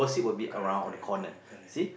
correct correct correct correct